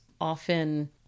often